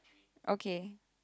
okay